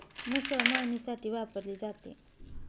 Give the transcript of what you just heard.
मुसळ मळणीसाठी वापरली जाते